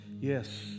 yes